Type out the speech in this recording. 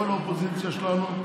כל האופוזיציה שלנו,